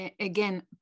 Again